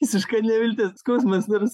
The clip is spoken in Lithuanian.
visiška neviltis skausmas nors